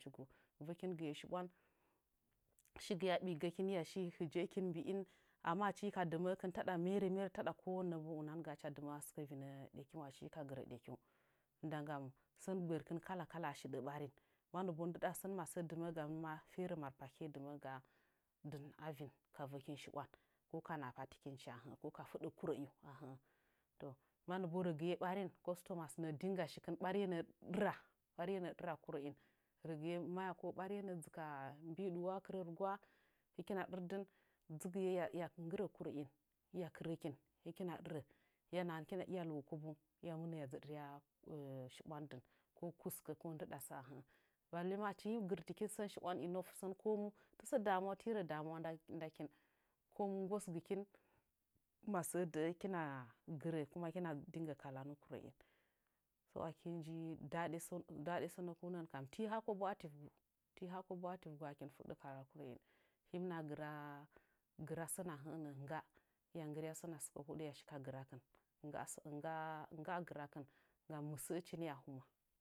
Vəkingɨye shibwan shigɨye aɓiigəkin hɨya shi hijekin amma achi hika dɨməkɨn taɗa meremere taɗa kowan nebo unafgaa hɨcha dɨmə'ə sɨkə vinə ɗekiunga ahi ka gɨrə ɗekiung ndagam sən gbərkɨn kala kala a shiɗə ɓarin mannəbo ndɨɗa sən masə dɨmə'ə gamɨn ma fere matɨpakiye dɨmə gamɨn dɨn a vin ka vəkɨn shibwan koka naha patɨkinchi ahed koka fɨɗə kurəingu ahə'ə mannobo rəgɨye barin custormas nəə ding shikɨn ɓariye nə'ə ɗɨra ɓariye nəə ɗɨra kurəin vəgɨye maya ɓariye nəə dzɨka mbi'i ɗɨwo akɨrə rɨ gwa hɨkina ɗɨrdin dzɨgɨye hɨya hɨya nggɨrə kurə'in hɨya kɨrakɨn hɨkina ɗɨra kurəin hɨya nahan hikina hiya huwo kobon hɨya mɨna hɨya ɗɨrya ko kuskə ko ndɨɗasə ahə'ə balle ma achi him gɨrtɨ kin sən shibwan enough sən komu tasə damuwa tirə damuwa ndakinko nggosgɨkin masə də'ə kina gɨrəkuma kina kalanu kurd'in to aki nji daɗe səu daɗe sənəkunəngə kin ti ha kobo a tiugu ti ha kobo a tivgu ahɨkin mɨ fuɗə kala kurə'in him naha gɨra sən ahə'ə nəə ngga hɨya nggɨra'a sən a sɨkə hoɗə hɨya shi ka gɨrakɨn ngga ngga gɨrakɨn gam mɨsəchini a hɨmwa chigu.